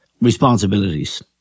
responsibilities